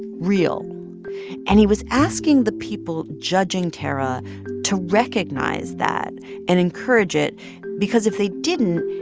real and he was asking the people judging tarra to recognize that and encourage it because if they didn't,